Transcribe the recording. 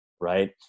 right